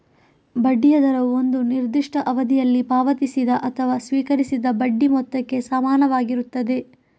ಬಡ್ಡಿಯ ದರವು ಒಂದು ನಿರ್ದಿಷ್ಟ ಅವಧಿಯಲ್ಲಿ ಪಾವತಿಸಿದ ಅಥವಾ ಸ್ವೀಕರಿಸಿದ ಬಡ್ಡಿ ಮೊತ್ತಕ್ಕೆ ಸಮಾನವಾಗಿರುತ್ತದೆ